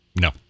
No